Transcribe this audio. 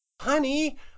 Honey